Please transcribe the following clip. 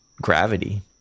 Gravity